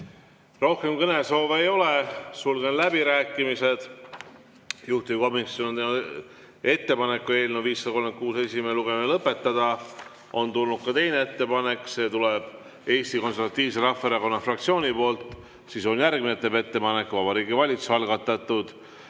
Rohkem kõnesoove ei ole. Sulgen läbirääkimised. Juhtivkomisjon on teinud ettepaneku eelnõu 536 esimene lugemine lõpetada. On tulnud ka teine ettepanek, see tuleb Eesti Konservatiivse Rahvaerakonna fraktsioonilt ja sisu on järgmine: [fraktsioon] teeb ettepaneku Vabariigi Valitsuse algatatud